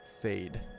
fade